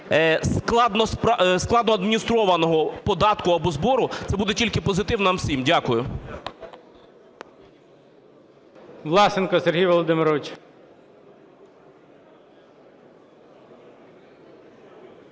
складноадміністрованого податку або збору, це буде тільки позитив нам всім. Дякую. ГОЛОВУЮЧИЙ. Власенко Сергій Володимирович.